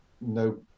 no